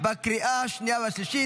בקריאה שנייה ושלישית.